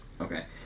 Okay